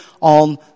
on